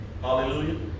Hallelujah